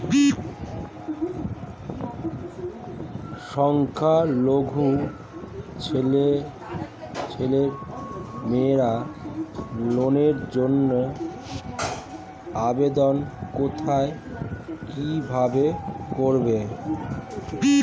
সংখ্যালঘু ছেলেমেয়েরা লোনের জন্য আবেদন কোথায় কিভাবে করবে?